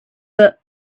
but